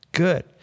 Good